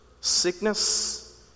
sickness